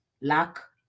luck